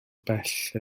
bell